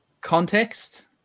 Context